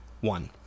One